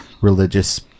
religious